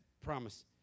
promise